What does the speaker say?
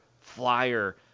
flyer